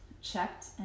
checked